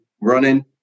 running